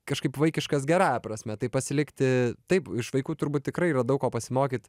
kažkaip vaikiškas gerąja prasme tai pasilikti taip iš vaikų turbūt tikrai yra daug ko pasimokyt